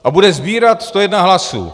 A bude sbírat 101 hlasů.